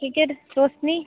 ठीक है रोशनी